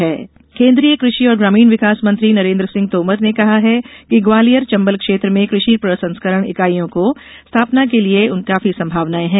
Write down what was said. तोमर कृषि केन्द्रीय कृषि और ग्रामीण विकास मंत्री नरेन्द्र सिंह तोमर ने कहा है कि ग्वालियर चंबल क्षेत्र में कृषि प्रसंस्करण इकाईयों की स्थापना के लिये काफी संभावनाए हैं